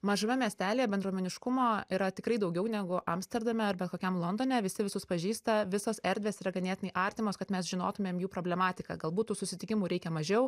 mažame miestelyje bendruomeniškumo yra tikrai daugiau negu amsterdame arba kokiam londone visi visus pažįsta visos erdvės yra ganėtinai artimos kad mes žinotumėm jų problematiką galbūt tų susitikimų reikia mažiau